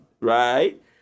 right